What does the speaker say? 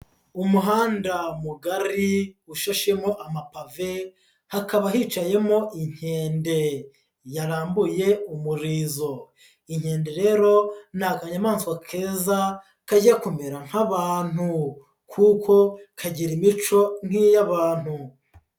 Umuhanda mugari usheshemo amapave, hakaba hicayemo inkende yarambuye umurizo, inkende rero ni akanyamaswa keza kajya kumera nk'abantu, kuko kagira imico nk'iy'abantu.